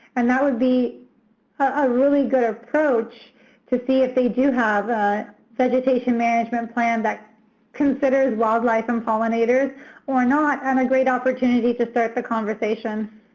and that would be a really good approach to see if they do have a vegetation management plan that considers wildlife and pollinators or not, and a great opportunity to start the conversation.